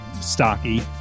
stocky